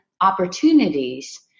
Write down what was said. opportunities